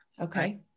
Okay